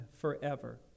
forever